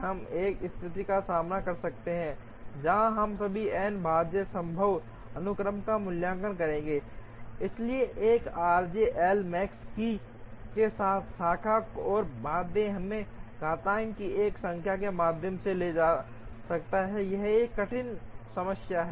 हम एक स्थिति का सामना कर सकते हैं जहां हम सभी n भाज्य संभव अनुक्रमों का मूल्यांकन करेंगे इसलिए 1 आरजे एल मैक्स के साथ शाखा और बाध्य हमें घातांक की एक संख्या के माध्यम से ले जा सकते हैं और यह एक कठिन समस्या है